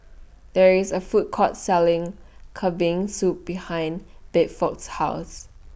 There IS A Food Court Selling Kambing Soup behind Bedford's House